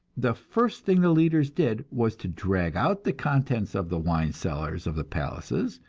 the first thing the leaders did was to drag out the contents of the wine-cellars of the palaces,